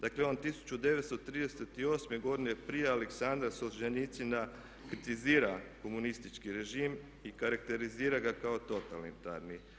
Dakle, on 1938. godine prije Aleksandra Solženjicina kritizira komunistički režim i karakterizira ga kao totalitarni.